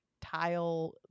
tile